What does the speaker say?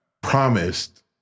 promised